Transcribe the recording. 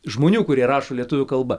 žmonių kurie rašo lietuvių kalba